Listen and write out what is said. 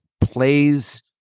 plays